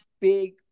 big